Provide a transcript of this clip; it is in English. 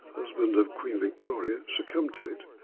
husband of queen victoria, succumbed to it.